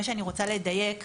מה שאני רוצה לדייק הוא,